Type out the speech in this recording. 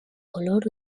color